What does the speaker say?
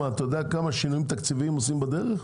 אתה יודע כמה שינויים תקציביים עושים בדרך?